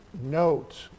note